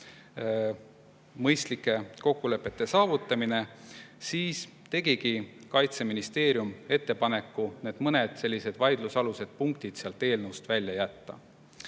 mõistlike kokkulepete saavutamine –, siis tegigi Kaitseministeerium ettepaneku mõned vaidlusalused punktid eelnõust välja jätta.